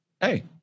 hey